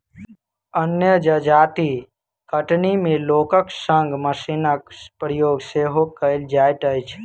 अन्य जजाति कटनी मे लोकक संग मशीनक प्रयोग सेहो कयल जाइत अछि